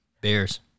Bears